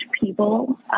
people